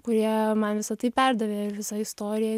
kurie man visa tai perdavė ir visa istorija